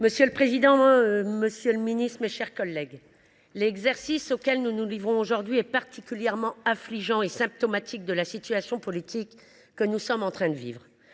Madame la présidente, monsieur le ministre, mes chers collègues, l’exercice auquel nous nous livrons aujourd’hui est particulièrement affligeant, symptomatique de la situation politique que nous sommes en train de vivre.